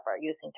using